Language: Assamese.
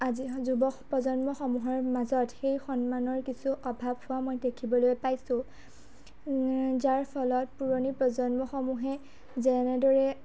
আজিৰ যুৱপ্ৰজন্মসমূহৰ মাজত সেই সন্মানৰ কিছু অভাৱ হোৱা মই দেখিবলৈ পাইছোঁ যাৰ ফলত পুৰণি প্ৰজন্মসমূহে যেনেদৰে